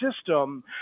system